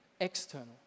external